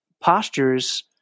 postures